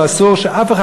ואסור שאף אחד,